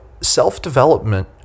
self-development